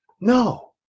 no